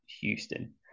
Houston